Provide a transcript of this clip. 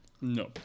No